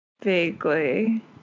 vaguely